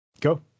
Go